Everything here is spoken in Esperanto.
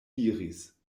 diris